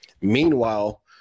Meanwhile